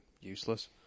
useless